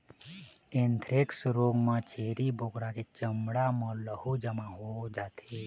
anthrax रोग म छेरी बोकरा के चमड़ा म लहू जमा हो जाथे